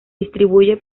distribuye